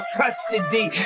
custody